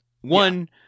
One